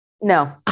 No